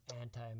anti